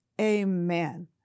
Amen